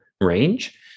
range